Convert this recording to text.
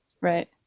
Right